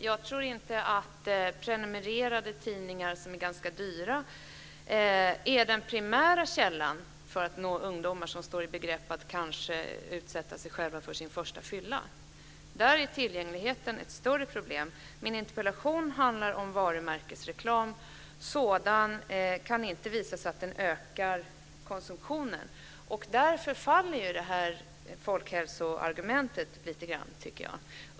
Jag tror inte att prenumererade tidningar, som är ganska dyra, är den primära källan när det gäller att nå ungdomar som kanske står i begrepp att utsätta sig för den första fyllan. När det gäller dem är tillgängligheten ett större problem. Min interpellation handlar om varumärkesreklam. Det kan inte visas att sådan ökar konsumtionen, och jag tycker därför att folkhälsoargumentet lite grann faller i värde.